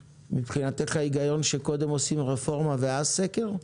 מבחינתך ההיגיון הוא שקודם עושים רפורמה ואחר כך סקר,